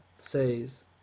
says